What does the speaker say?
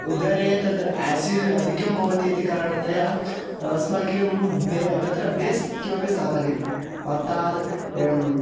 उदरे तद् आसिड् अधिकं भवति इति कारणतया अस्माकं बे तत्र बेस् किमपि स्थापनीयम् अर्थात् यम्